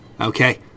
Okay